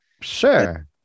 Sure